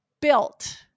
built